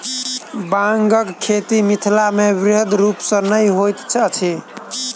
बांगक खेती मिथिलामे बृहद रूप सॅ नै होइत अछि